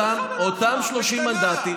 תתחיל בח'אן אל-אחמר, בקטנה.